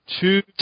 two